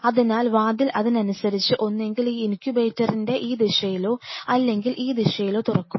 അതിനാൽ വാതിൽ അതിനനുസരിച്ച് ഒന്നുകിൽ ഈ ഇൻകുബേറ്ററിന്റെ ഈ ദിശയിലോ അല്ലെങ്കിൽ ഈ ദിശയിലോ തുറക്കും